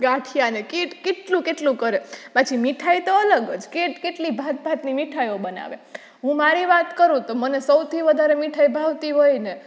ગાંઠિયાને કેટકેટલું કેટલું કરે પાછી મીઠાઈ તો અલગ જ કેટકેટલી ભાત ભાતની મીઠાઈઓ બનાવે હું મારી વાત કરું તો મને સૌથી વધારે મીઠાઇ ભાવતી હોયને